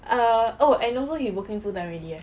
err oh and also he working full time already eh